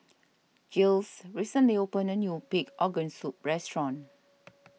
Giles recently opened a new Pig Organ Soup restaurant